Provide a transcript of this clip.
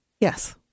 Yes